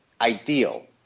ideal